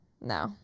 No